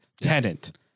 tenant